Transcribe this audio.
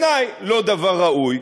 זה לא דבר ראוי.